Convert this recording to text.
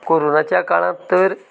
कोरोनाच्या काळांत तर